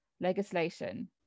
legislation